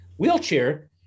wheelchair